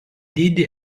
dydį